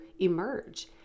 emerge